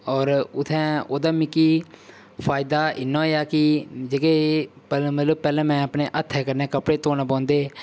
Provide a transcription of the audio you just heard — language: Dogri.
होर उत्थैं ओह्दा मिगी फायदा इन्ना होएया कि जेह्के कि मतलब पैह्ले मैं अपने हत्थै कन्नै कपड़े धोने पौंदे हे